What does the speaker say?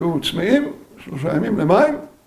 ‫הוא צמאים שלושה ימים למים.